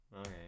okay